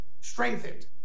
strengthened